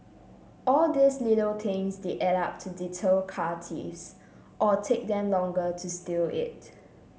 all these little things they add up to deter car thieves or take them longer to steal it